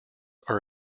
are